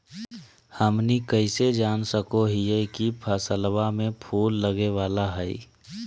हमनी कइसे जान सको हीयइ की फसलबा में फूल लगे वाला हइ?